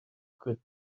could